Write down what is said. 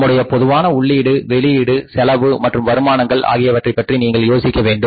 நம்முடைய பொதுவான உள்ளீடு வெளியீடு செலவு மற்றும் வருமானங்கள் ஆகியவற்றை பற்றி நீங்கள் யோசிக்க வேண்டும்